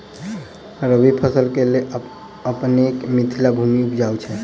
रबी फसल केँ लेल अपनेक मिथिला भूमि उपजाउ छै